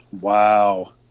wow